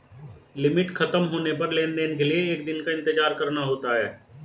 limit खत्म होने पर लेन देन के लिए एक दिन का इंतजार करना होता है